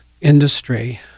industry